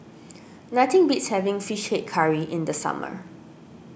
nothing beats having Fish Head Curry in the summer